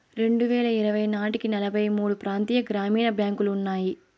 రెండువేల ఇరవై నాటికి నలభై మూడు ప్రాంతీయ గ్రామీణ బ్యాంకులు ఉన్నాయి